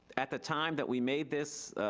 at the time that we made this,